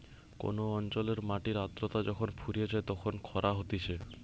কোন অঞ্চলের মাটির আদ্রতা যখন ফুরিয়ে যায় তখন খরা হতিছে